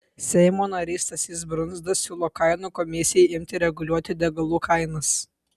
seimo narys stasys brundza siūlo kainų komisijai imti reguliuoti degalų kainas